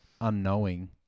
unknowing